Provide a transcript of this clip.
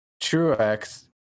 Truex